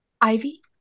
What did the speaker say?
ivy